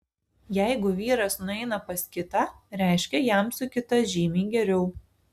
jeigu vyras nueina pas kitą reiškia jam su kita žymiai geriau